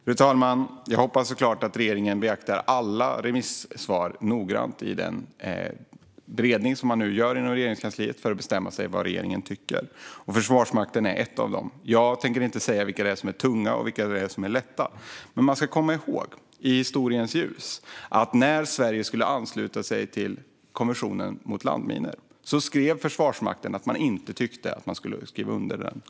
Fru talman! Jag hoppas såklart att regeringen beaktar alla remissvar noggrant i den beredning som man inom Regeringskansliet nu gör för att bestämma sig för vad man tycker. Försvarsmakten har skrivit ett av dem. Jag tänker inte säga vilka som är tunga eller lätta. Man ska komma ihåg, i historiens ljus, att när Sverige skulle ansluta sig till konventionen mot landminor skrev Försvarsmakten att man inte tyckte att Sverige skulle skriva under.